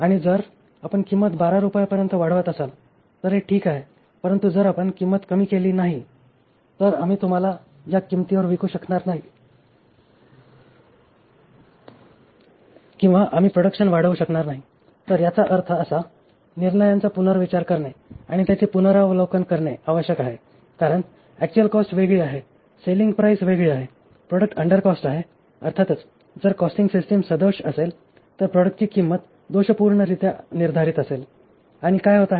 आणि जर आपण किंमत 12 रुपये पर्यंत वाढवत असाल तर ते ठीक आहे परंतु जर आपण किंमत कमी केली नाही तर आम्ही तुम्हाला या किंमतीवर विकू शकणार नाही किंवा आम्ही प्रोडकशन वाढवू शकणार नाही तर याचा अर्थ असा निर्णयांचा पुनर्विचार करणे आणि त्याचे पुनरावलोकन करणे आवश्यक आहे कारण ऍक्चुअल कॉस्ट वेगळी आहे सेलिंग प्राईस वेगळी आहे प्रॉडक्ट अंडरकॉस्ट आहे अर्थातच जर कॉस्टिंग सिस्टिम सदोष असेल तर प्रॉडक्टची किंमत दोषपूर्णरित्या निर्धारीत असेल आणि काय होत आहे